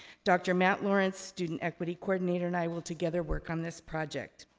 dr. matt lawrence, student equity coordinator, and i will together work on this project.